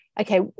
okay